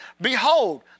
Behold